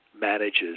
manages